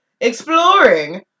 exploring